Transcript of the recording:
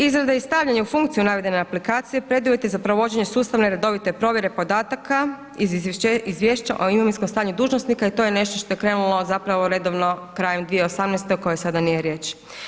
Izrada i stavljanje u funkciju navedene aplikacije preduvjet je za provođenje sustavne, redovite provjere podataka iz izvješća o imovinskom stanju dužnosnika i to je nešto je krenulo zapravo redovno krajem 2018. o kojoj sada nije riječ.